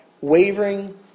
wavering